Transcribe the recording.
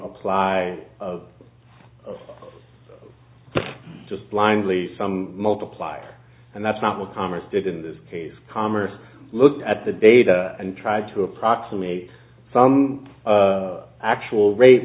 apply of just blindly some multiply and that's not what congress did in this case commerce looked at the data and tried to approximate some actual rate